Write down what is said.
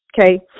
okay